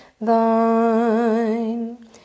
thine